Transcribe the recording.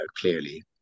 clearly